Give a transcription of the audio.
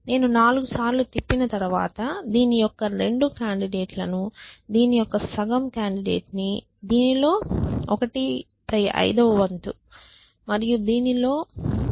నేను 4 సార్లు తిప్పిన తరువాత దీని యొక్క 2 కాండిడేట్ లను దీని యొక్క సగం కాండిడేట్ ని దీనిలో 15 వ వంతు మరియు దీనిలో 1